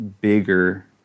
bigger